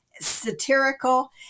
satirical